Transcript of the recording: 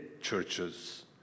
churches